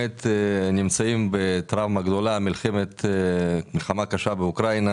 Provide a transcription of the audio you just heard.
באמת נמצאים בטראומה גדולה, מלחמה קשה באוקראינה.